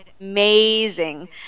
amazing